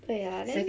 oh ya then